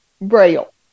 Braille